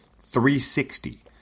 360